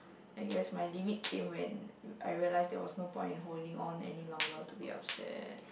I guess my limit came when I realize there was no point in holding on any long to be upset